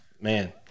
man